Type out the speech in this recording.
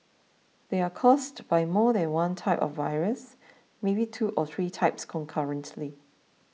they are caused by more than one type of virus maybe two or three types concurrently